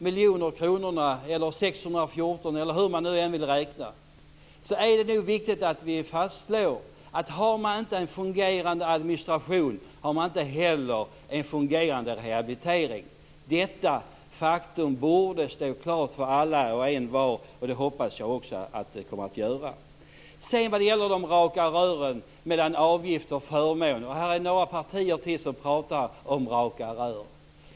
miljoner, beroende på hur man vill räkna - vill jag säga att det är viktigt att vi fastslår att man inte har en fungerande rehabilitering om man inte har en fungerande administration. Detta faktum borde stå klart för alla och envar, och det hoppas jag också att det kommer att göra. Det talas om raka rör mellan avgifter och förmåner. Ytterligare några partier pratar om raka rör.